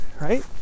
right